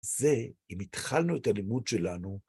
‫זה אם התחלנו את הלימוד שלנו.